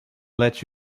let